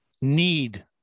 need